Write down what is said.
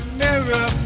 mirror